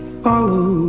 follow